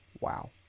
wow